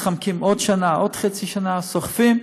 מתחמקים עוד שנה, עוד חצי שנה, סוחבים,